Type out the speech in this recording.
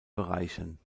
bereichen